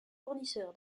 fournisseurs